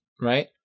right